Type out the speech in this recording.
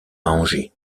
angers